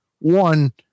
One